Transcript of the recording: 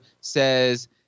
says